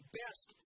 best